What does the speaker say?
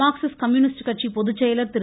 Marxist communist கட்சி பொதுச்செயலர் திரு